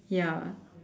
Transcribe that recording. ya